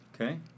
Okay